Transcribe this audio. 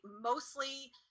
mostly